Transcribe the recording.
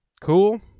Cool